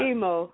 Emo